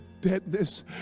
deadness